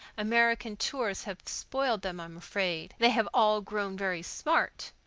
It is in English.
american tours have spoiled them, i'm afraid. they have all grown very smart.